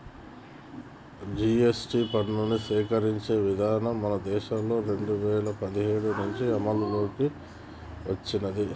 GST పన్నుని సేకరించే విధానం మన దేశంలో రెండు వేల పదిహేడు నుంచి అమల్లోకి వచ్చినాది